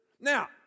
Now